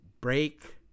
break